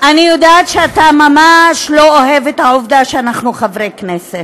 אני יודעת שאתה ממש לא אוהב את העובדה שאנחנו חברי כנסת,